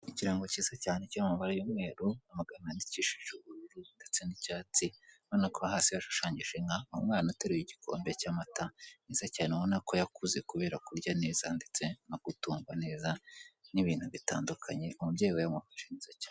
Ikirango kiza cyane kiri mu mabara y'umweru, amagambo yandikishije ubururu ndetse n'icyati ubona ko hasi hashushanyije inka, umwana uteruye igikombe cya mata mwiza cyane ubona ko yakuze kubera kujya neza ndetse no gutungwa neza n'ibinu bitandukanye, umubyeyi aba yamufashe neza cyane.